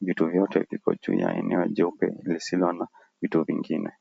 Vitu vyote viko juu ya eneo jeupe lisilo na vitu vingine.